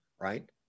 right